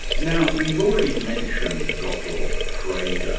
now, we've already mentioned gottlob frege.